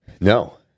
No